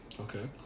okay